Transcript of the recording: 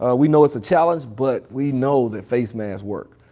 ah we know it's a challenge but we know that face masks work,